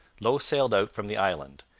low sailed out from the island,